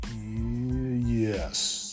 Yes